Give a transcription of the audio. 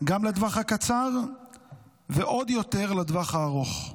גם לטווח הקצר ועוד יותר לטווח הארוך.